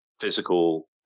physical